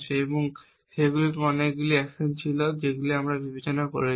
এবং এখানে সেগুলি অনেকগুলি অ্যাকশন ছিল যখন আমরা বিবেচনা করেছি